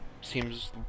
Seems